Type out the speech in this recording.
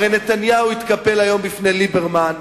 הרי נתניהו התקפל היום בפני ליברמן,